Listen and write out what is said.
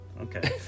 okay